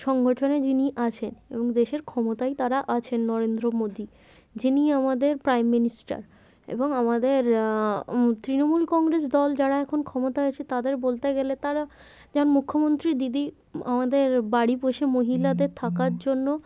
সংগঠনে যিনি আছেন এবং দেশের ক্ষমতায় তারা আছেন নরেন্দ্র মোদী যিনি আমাদের প্রাইম মিনিস্টার এবং আমাদের তৃণমূল কংগ্রেস দল যারা এখন ক্ষমতায় আছে তাদের বলতে গেলে তারা যেমন মুখ্যমন্ত্রী দিদি আমাদের বাড়ি বসে মহিলাদের থাকার জন্য